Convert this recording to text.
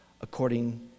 according